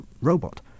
robot